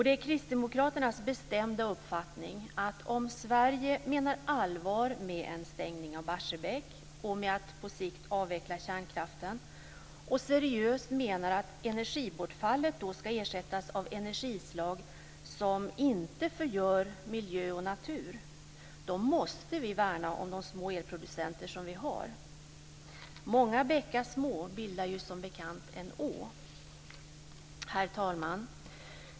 Det är kristdemokraternas bestämda uppfattning att om Sverige menar allvar med en stängning av Barsebäck och med att på sikt avveckla kärnkraften, och seriöst menar att energibortfallet ska ersättas av energislag som inte förgör miljö och natur - då måste vi värna de små elproducenter vi har. Många bäckar små bildar som bekant en å. Herr talman!